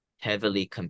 heavily